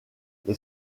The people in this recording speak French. les